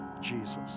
Jesus